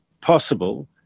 possible